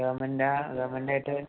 ഗവർമെന്റാ ഗവർമെന്റായിട്ട്